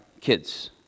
kids